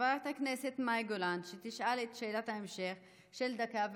חברת הכנסת מאי גולן תשאל את שאלת ההמשך של דקה,